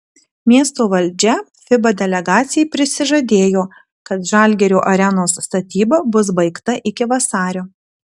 miesto valdžia fiba delegacijai prisižadėjo kad žalgirio arenos statyba bus baigta iki vasario